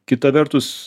kita vertus